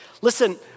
listen